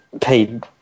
paid